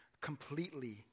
completely